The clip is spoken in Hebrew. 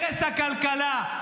הרס הכלכלה,